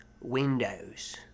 windows